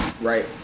Right